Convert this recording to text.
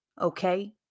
Okay